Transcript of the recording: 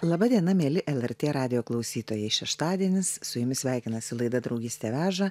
laba diena mieli lrt radijo klausytojai šeštadienis su jumis sveikinasi laida draugystė veža